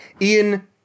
Ian